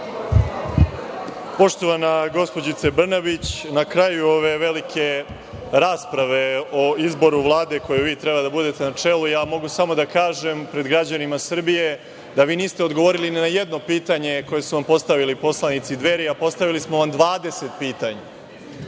Poštovana gospođice Brnabić, na kraju ove velike rasprave o izboru Vlade kojoj vi treba da budete na čelu, ja mogu samo da kažem, pred građanima Srbije, da vi niste odgovorili ni na jedno pitanje koje su vam postavili poslanici Dveri, a postavili smo vam 20 pitanja.